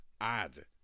add